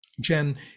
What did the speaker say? Jen